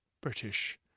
British